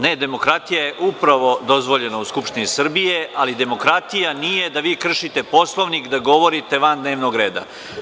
Ne, demokratija je upravo dozvoljena u Skupštini Srbije, ali demokratija nije da vi kršite Poslovnik, da govorite van dnevnog reda.